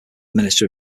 minister